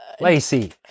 Lacey